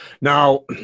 Now